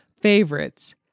favorites